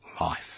life